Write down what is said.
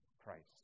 Christ